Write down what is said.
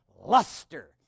luster